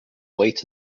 wait